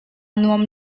nuam